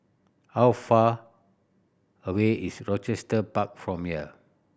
how far away is Rochester Park from here